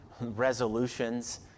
resolutions